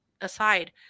aside